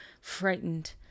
frightened